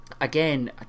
again